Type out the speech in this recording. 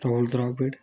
Rahul Dravid